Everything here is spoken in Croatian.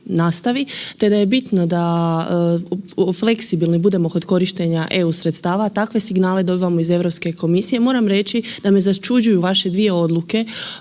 nastavi te da je bitno da budemo fleksibilni kod korištenja eu sredstava takve signale dobivamo iz Europske komisije moram reći da me začuđuju vaše dvije odluke,